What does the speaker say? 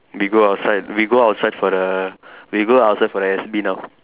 we go outside we go outside for the we go outside for the S B now